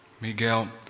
Miguel